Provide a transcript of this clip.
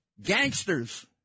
gangsters